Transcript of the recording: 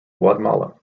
guatemala